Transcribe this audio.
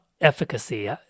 efficacy